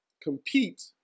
compete